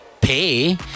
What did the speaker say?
pay